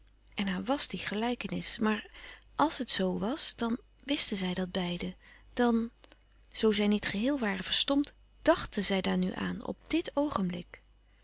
en er was die gelijkenis maar als het zoo was dan wsten zij dat beiden dan zoo zij niet geheel waren verstompt dàchten zij daar nu aan op dt oogenblik